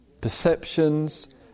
perceptions